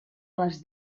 les